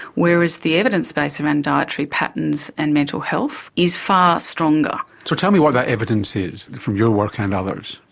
whereas the evidence base around dietary patterns and mental health is far stronger. so tell me what that evidence is, from your work and others.